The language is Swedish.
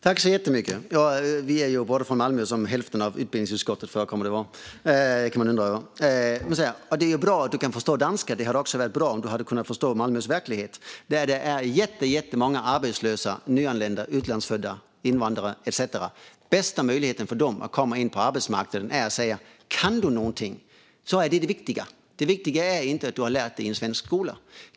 Herr talman! Patrick Reslow och jag är båda från Malmö, som hälften av utbildningsutskottet verkar vara. Och det är ju bra att Patrick Reslow kan förstå danska. Men det hade också varit bra om han hade kunnat förstå Malmös verklighet. Där är det jättemånga arbetslösa nyanlända utlandsfödda invandrare etcetera. Bästa möjligheten för dem att komma in på arbetsmarknaden är att säga: Det viktiga är om du kan någonting. Det viktiga är inte att du har lärt dig det i svensk skola.